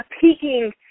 peaking